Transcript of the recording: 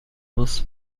was